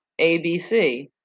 ABC